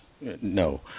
No